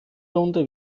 runde